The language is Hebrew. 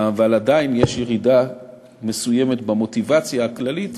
אבל עדיין יש ירידה מסוימת במוטיבציה הכללית,